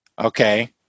Okay